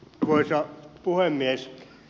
arvoisa puhemies